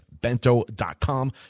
bento.com